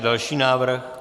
Další návrh.